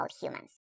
humans